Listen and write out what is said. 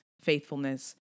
faithfulness